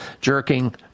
jerking